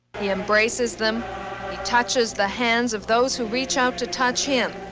he embraces them he touches the hands of those who reach out to touch him,